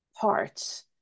parts